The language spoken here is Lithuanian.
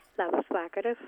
labas vakaras